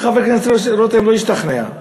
וחבר הכנסת רותם לא השתכנע.